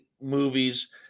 movies